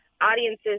audiences